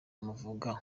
muvuga